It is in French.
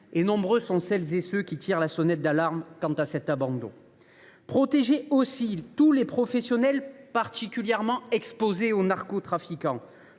Nombreux sont ceux qui tirent la sonnette d’alarme face à cet abandon. Il faut protéger aussi tous les professionnels particulièrement exposés aux narcotrafiquants,